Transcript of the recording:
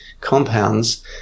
compounds